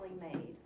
made